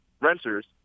renters